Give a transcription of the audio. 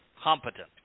competent